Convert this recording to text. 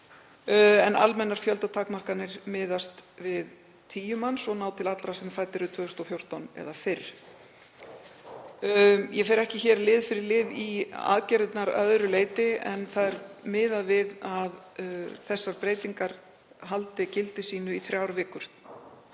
Almennar fjöldatakmarkanir miðast við tíu manns og ná til allra sem fæddir árið 2014 eða fyrr. Ég fer ekki hér lið fyrir lið í aðgerðirnar að öðru leyti en því að miðað er við að þessar breytingar haldi gildi sínu í þrjár vikur